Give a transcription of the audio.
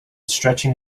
stretching